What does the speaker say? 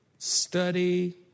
Study